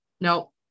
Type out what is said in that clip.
no